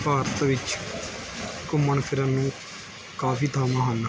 ਭਾਰਤ ਵਿੱਚ ਘੁੰਮਣ ਫਿਰਨ ਨੂੰ ਕਾਫੀ ਥਾਵਾਂ ਹਨ